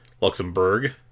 Luxembourg